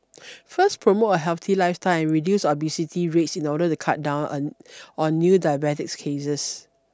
first promote a healthy lifestyle reduce obesity rates in order to cut down on on new diabetes cases